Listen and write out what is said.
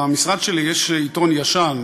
במשרד שלי יש עיתון ישן,